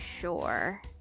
sure